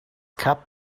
cup